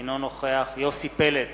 אינו נוכח יוסי פלד,